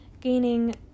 gaining